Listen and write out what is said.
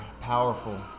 powerful